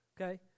okay